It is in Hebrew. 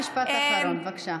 משפט אחרון, בבקשה.